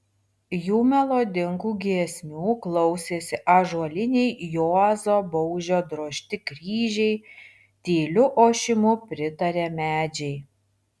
jų melodingų giesmių klausėsi ąžuoliniai juozo baužio drožti kryžiai tyliu ošimu pritarė medžiai